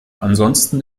ansonsten